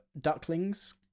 ducklings